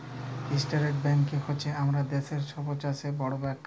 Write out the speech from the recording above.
state bank হছে আমাদের দ্যাশের ছব চাঁয়ে বড় ব্যাংক